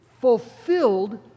fulfilled